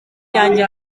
iyanjye